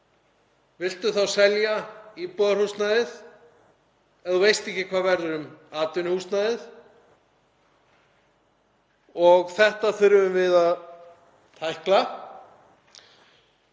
viltu þá selja íbúðarhúsnæðið ef þú veist ekki hvað verður um atvinnuhúsnæðið? Þetta þurfum við að tækla.